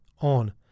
on